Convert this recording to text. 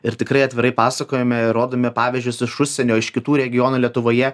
ir tikrai atvirai pasakojame ir rodome pavyzdžius iš užsienio iš kitų regionų lietuvoje